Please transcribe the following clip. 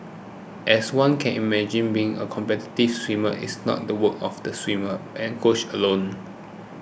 as one can imagine being a competitive swimmer is not the work of the swimmer and coach alone